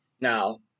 Now